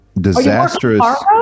disastrous